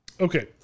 Okay